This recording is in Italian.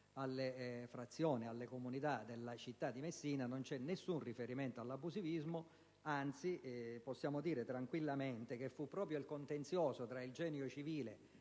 le frazioni e le comunità della città di Messina, non c'è nessun riferimento all'abusivismo. Anzi, possiamo dire tranquillamente che fu proprio il contenzioso tra il Genio civile